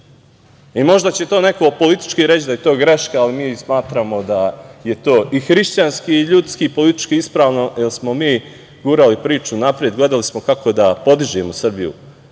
Možda će to neko politički reći da je to greška, ali mi smatramo da je to i hrišćanski, i ljudski i politički ispravno, jer smo mi gurali priču napred, gledali smo kako da podižemo Srbiju